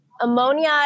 Ammonia